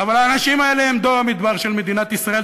אבל האנשים האלה הם דור המדבר של מדינת ישראל,